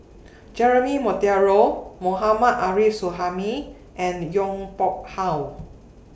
Jeremy Monteiro Mohammad Arif Suhaimi and Yong Pung How